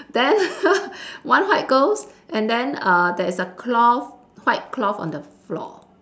then one white ghost and then uh there is a cloth white cloth on the floor